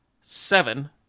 Seven